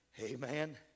Amen